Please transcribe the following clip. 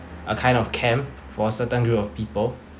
a kind of camp for certain group of people